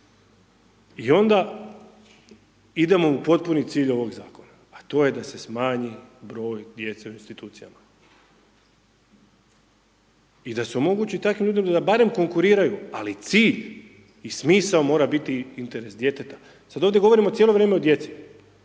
I onda idemo u potpuni cilj ovog Zakona, a to je da se smanji broj djece u institucijama i da se omogući takvim ljudima da barem konkuriraju. Ali, cilj i smisao mora biti interes djeteta. Sad ovdje govorimo cijelo vrijeme o djeci.